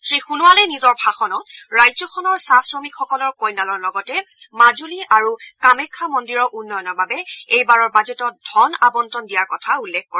শ্ৰীসোণোৱালে নিজৰ ভাষণত ৰাজ্যখনৰ চাহ শ্ৰমিকসকলৰ কল্যাণৰ লগতে মাজুলী আৰু কামাখ্যা মন্দিৰৰ উন্নয়নৰ বাবে এইবাৰৰ বাজেটত ধন আৱণ্টন দিয়াৰ কথা উল্লেখ কৰে